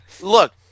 look